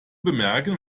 bemerken